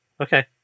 Okay